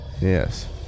Yes